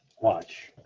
Watch